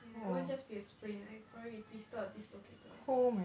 it won't just be a sprain it will probably be twisted or dislocated also